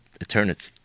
eternity